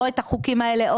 או את החוקים האלה,